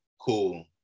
cool